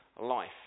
life